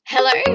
Hello